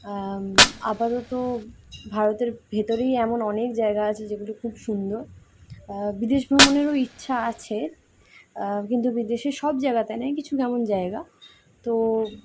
আপাতত ভারতের ভেতরেই এমন অনেক জায়গা আছে যেগুলো খুব সুন্দর বিদেশ ভ্রমণেরও ইচ্ছা আছে কিন্তু বিদেশে সব জায়গাতে নয় কিছু কেমন জায়গা তো